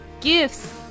Gifts